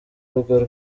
rugo